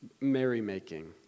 merrymaking